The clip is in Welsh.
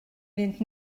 fynd